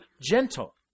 gentle